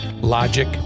Logic